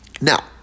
Now